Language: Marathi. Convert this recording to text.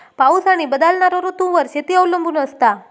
पाऊस आणि बदलणारो ऋतूंवर शेती अवलंबून असता